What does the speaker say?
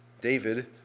David